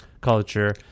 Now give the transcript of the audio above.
culture